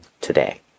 today